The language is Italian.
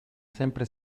sempre